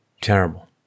terrible